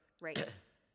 race